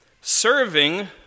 serving